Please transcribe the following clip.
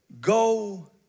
go